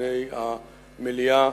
בפני המליאה.